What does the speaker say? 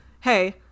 hey